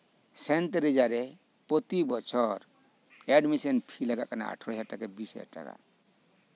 ᱥᱮᱱ ᱴᱮᱨᱤᱡᱟ ᱨᱮ ᱯᱨᱚᱛᱤ ᱵᱚᱪᱷᱚᱨ ᱮᱰᱢᱤᱥᱚᱱ ᱯᱷᱤ ᱞᱟᱜᱟᱜ ᱠᱟᱱᱟ ᱟᱴᱷᱨᱳ ᱦᱟᱡᱟᱨ ᱴᱟᱠᱟ ᱵᱤᱥ ᱦᱟᱡᱟᱨ ᱴᱟᱠᱟ